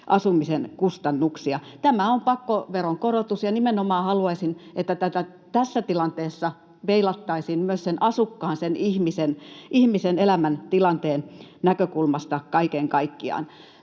asumisen kustannuksia. Tämä on pakkoveronkorotus. Nimenomaan haluaisin, että tätä tässä tilanteessa peilattaisiin myös sen asukkaan, sen ihmisen elämäntilanteen näkökulmasta kaiken kaikkiaan.